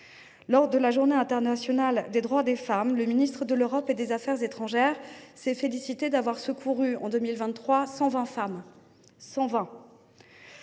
de la Journée internationale des droits des femmes, le ministre de l’Europe et des affaires étrangères s’est félicité d’avoir secouru 120 de ces femmes en